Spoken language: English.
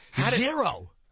Zero